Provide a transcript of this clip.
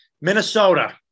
Minnesota